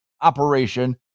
operation